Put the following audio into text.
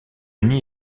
nid